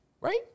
Right